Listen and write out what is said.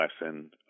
lesson